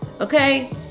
Okay